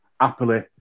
Happily